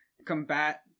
combat